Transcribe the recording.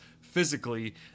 physically